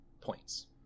points